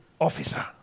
officer